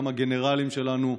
גם הגנרלים שלנו,